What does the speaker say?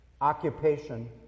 occupation